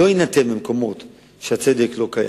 הם לא יינתנו במקומות שהצדק לא קיים.